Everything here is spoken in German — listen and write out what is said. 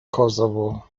kosovo